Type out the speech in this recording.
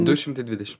du šimtai dvidešimt